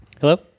Hello